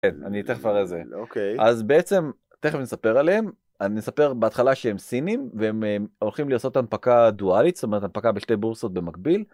אז בעצם, תכף נספר עליהם, נספר בהתחלה שהם סינים, והם הולכים לעשות הנפקה דואלית, זאת אומרת הנפקה בשתי בורסות במקביל.